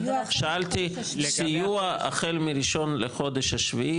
שאלתי סיוע החל מ-1 לחודש השביעי,